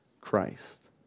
Christ